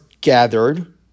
gathered